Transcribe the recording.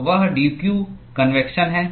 तो वह d q convection है